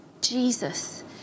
Jesus